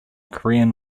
korean